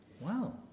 Wow